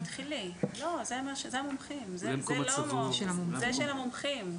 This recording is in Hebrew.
זה של המומחים.